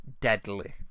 deadly